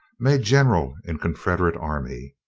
made general in confederate army.